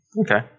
Okay